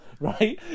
right